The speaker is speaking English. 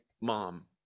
Mom